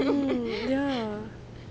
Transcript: mm ya